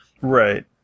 Right